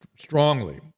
strongly